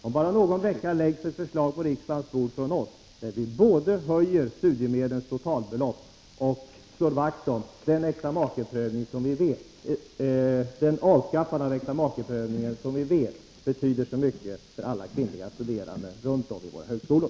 Om bara någon vecka lägger vi fram ett förslag på riksdagens bord där vi både höjer studiemedlens totalbelopp och slår vakt om det avskaffande av äktamakeprövningen som vi vet betyder så mycket för alla kvinnliga studerande vid våra högskolor.